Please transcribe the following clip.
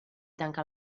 tanca